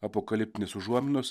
apokaliptinės užuominos